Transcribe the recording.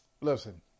listen